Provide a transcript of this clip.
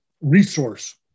resource